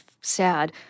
sad